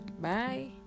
bye